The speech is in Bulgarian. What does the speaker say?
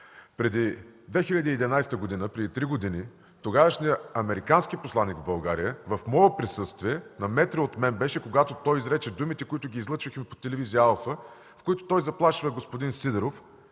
През 2011 г., преди три години, тогавашният американски посланик в България в мое присъствие, на метри от мен изрече думите, които излъчихме по телевизия „Алфа”, с които той заплашва господин Сидеров,